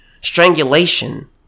Strangulation